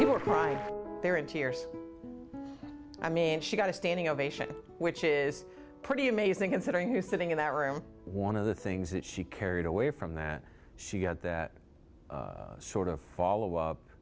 you were crying there in tears i mean she got a standing ovation which is pretty amazing considering you're sitting in that room one of the things that she carried away from that she got that sort of follow